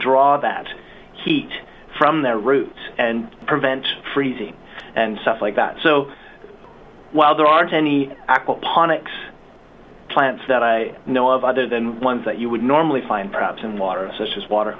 draw that heat from their roots and prevent freezing and stuff like that so well there aren't any aquaponics plants that i know of other than ones that you would normally find perhaps in water such as